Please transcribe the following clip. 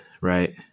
right